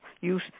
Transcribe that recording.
Use